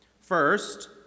First